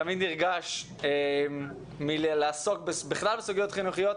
תמיד נרגש מלעסוק בכלל בסוגיות חינוכיות,